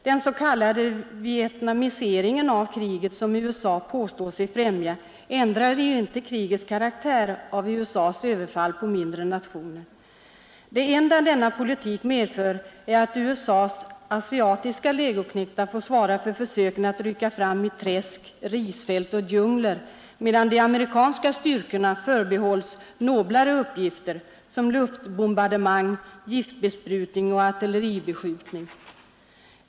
Den s.k. vietnamisering av kriget som USA påstår sig främja ändrar inte krigets karaktär av USA:s överfall på mindre nationer. Det enda denna politik medför är att USA:s asiatiska legoknektar får svara för försöken att rycka fram i träsk, risfält och djungler, medan de amerikanska styrkorna förbehålls ”noblare” uppgifter som luftbombardemang, giftbesprutning och artilleribeskjutning.